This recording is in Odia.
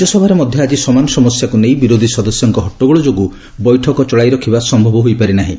ରାଜ୍ୟସଭାରେ ମଧ୍ୟ ଆଜି ସମାନ ସମସ୍ୟାକୁ ନେଇ ବିରୋଧୀ ସଦସ୍ୟଙ୍କ ହଟ୍ଟଗୋଳ ଯୋଗୁଁ ବୈଠକ ଚଳାଇ ରଖିବା ସୟବ ହୋଇପାରି ନାହିଁ